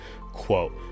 quote